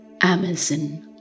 Amazon